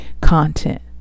content